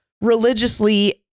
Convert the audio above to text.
religiously